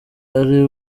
ari